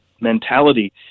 mentality